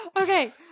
Okay